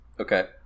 Okay